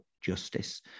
justice